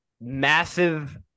massive